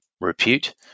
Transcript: repute